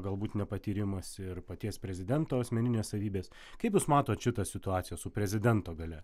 galbūt nepatyrimas ir paties prezidento asmeninės savybės kaip jūs matot šitą situaciją su prezidento galia